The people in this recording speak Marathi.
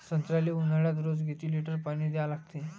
संत्र्याले ऊन्हाळ्यात रोज किती लीटर पानी द्या लागते?